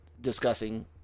discussing